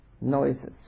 noises